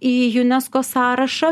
į unesco sąrašą